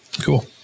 Cool